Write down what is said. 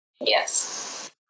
Yes